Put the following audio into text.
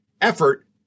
Effort